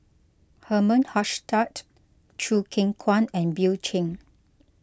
Herman Hochstadt Choo Keng Kwang and Bill Chen